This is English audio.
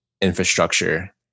infrastructure